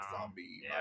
Zombie